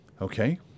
Okay